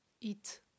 eat